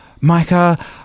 Micah